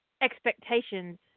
expectations